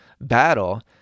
battle